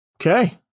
Okay